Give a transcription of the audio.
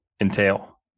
entail